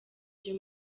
ryo